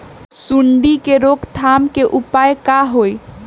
सूंडी के रोक थाम के उपाय का होई?